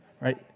right